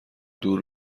دور